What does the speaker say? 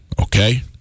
okay